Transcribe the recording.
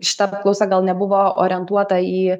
šita apklausa gal nebuvo orientuota į